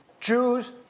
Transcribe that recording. Jews